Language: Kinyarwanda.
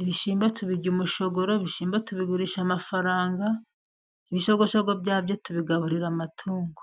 Ibishyimbo tubirya umushogoro, ibishyimbo tubigurisha amafaranga, ibishogoshogo byabyo tubigaburira amatungo.